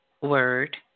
word